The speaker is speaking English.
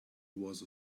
was